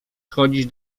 chodzić